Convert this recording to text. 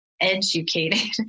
educated